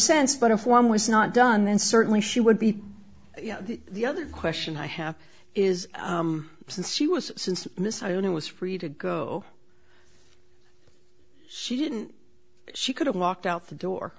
sense but if one was not done then certainly she would be you know the other question i have is since she was since missoni was free to go she didn't she could have walked out the door